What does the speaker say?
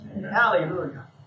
Hallelujah